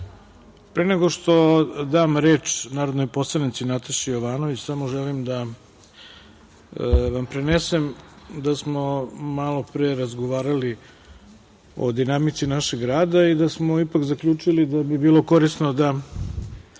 nego što dam reč narodnoj poslanici Nataši Jovanović, samo želim da vam prenesem da smo malopre razgovarali o dinamici našeg rada i da smo ipak zaključili da bi bilo korisno da